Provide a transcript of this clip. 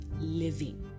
living